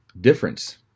difference